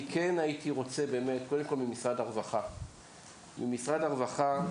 אני מבקש ממשרד הרווחה,